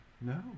no